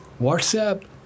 Whatsapp